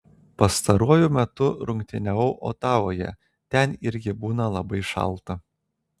pastaruoju metu rungtyniavau otavoje ten irgi būna labai šalta